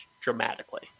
dramatically